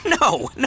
No